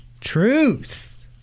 Truth